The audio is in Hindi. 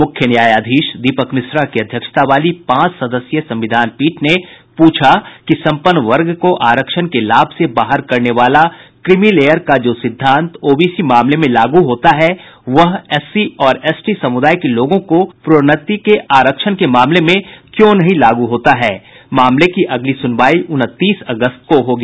मुख्य न्यायाधीश दीपक मिश्रा की अध्यक्षता वाली पांच सदस्यीय संविधान पीठ ने पूछा कि संपन्न वर्ग को आरक्षण के लाभ से बाहर करने वाला क्रीमीलेयर का जो सिद्धांत ओबीसी मामले में लागू होता है वह एससी और एसटी समुदाय के लोगों को प्रोन्नति के आरक्षण के मामले में क्यों नहीं लागू होता है मामले की अगली सुनवाई उनतीस अगस्त को होगी